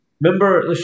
Remember